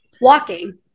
walking